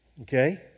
Okay